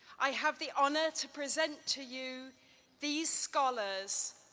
i have the honor to present to you these scholars,